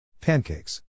pancakes